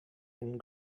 and